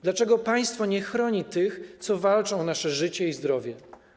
Dlaczego państwo nie chroni tych, co walczą o nasze życie i zdrowie?